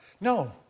no